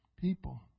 people